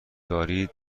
دارید